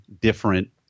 different